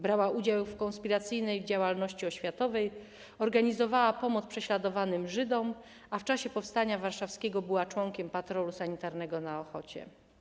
Brała udział w konspiracyjnej działalności oświatowej, organizowała pomoc prześladowanym Żydom, a w czasie powstania warszawskiego była członkiem patrolu sanitarnego na Ochocie.